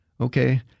Okay